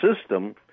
system